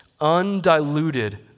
undiluted